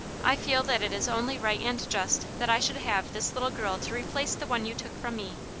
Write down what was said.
i feel that it is only right and just that i should have this little girl to replace the one you took from me,